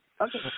Okay